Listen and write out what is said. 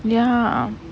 ya